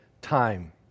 time